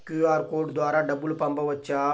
QR code ద్వారా డబ్బులు పంపవచ్చా?